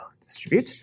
distribute